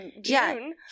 june